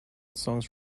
songs